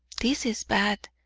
this is bad,